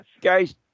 guys